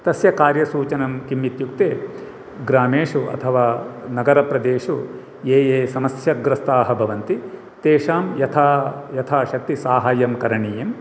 तस्य कार्यसूचनं किं इत्युक्ते ग्रामेषु अथवा नगरप्रदेशेषु ये ये सम्यग्रस्ताः भवन्ति तेषां यथा यथा शक्ति साहाय्यं करणीयं